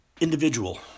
individual